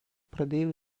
pradėjo